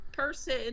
person